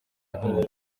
inkunga